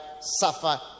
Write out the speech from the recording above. suffer